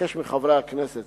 אבקש מחברי הכנסת